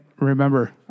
remember